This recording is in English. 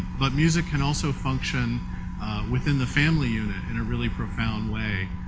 but music can also function within the family unit in a really profound way.